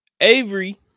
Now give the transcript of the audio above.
Avery